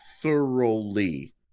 thoroughly